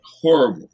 horrible